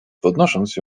podnosząc